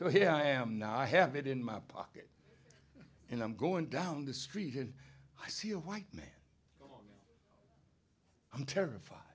so here i am now i have it in my pocket and i'm going down the street and i see a white man i'm terrified